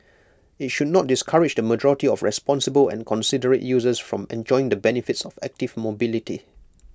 IT should not discourage the majority of responsible and considerate users from enjoying the benefits of active mobility